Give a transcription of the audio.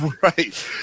Right